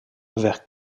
vers